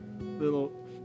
little